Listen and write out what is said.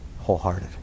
wholehearted